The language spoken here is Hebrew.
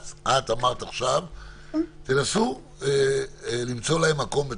אז תנסו ללכת איתי בלי להיכנס ללחצים ולטראומות,